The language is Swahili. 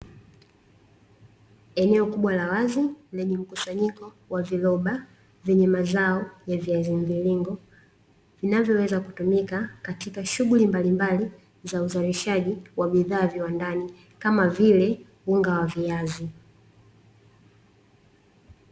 Eneo kubwa la wazi lenye mkusanyiko wa viroba vyenye mazao ya viazi mviringo vinavyoweza kutumika katika shughuli mbalimbali za uzalishaji wa bidhaa viwandani kama vile unga wa viazi .